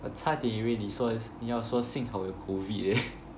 我差点以为你说要说幸好有 COVID eh